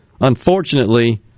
Unfortunately